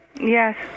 Yes